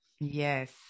yes